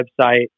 website